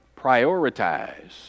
prioritize